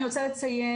אני רוצה לציין,